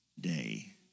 day